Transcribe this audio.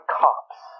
cops